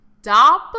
Stop